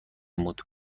بود